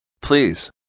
please